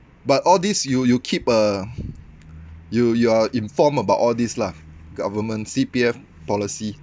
but all this you you keep uh you you're inform about all these lah government C_P_F policy